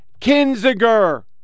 Kinziger